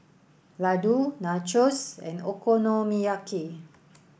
Ladoo Nachos and Okonomiyaki